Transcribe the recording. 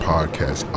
Podcast